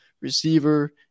receiver